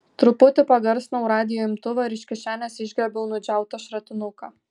truputį pagarsinau radijo imtuvą ir iš kišenės išgriebiau nudžiautą šratinuką